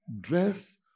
dress